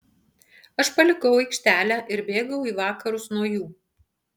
aš palikau aikštelę ir bėgau į vakarus nuo jų